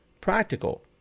practical